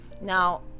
Now